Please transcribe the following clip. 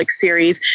series